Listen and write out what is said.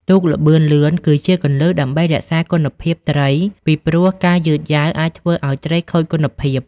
ទូកល្បឿនលឿន គឺជាគន្លឹះដើម្បីរក្សាគុណភាពត្រី ពីព្រោះការយឺតយ៉ាវអាចធ្វើឱ្យត្រីខូចគុណភាព។